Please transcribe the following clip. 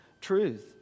truth